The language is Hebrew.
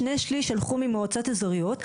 שני שליש הלכו למועצות אזוריות,